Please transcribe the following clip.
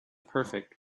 perfect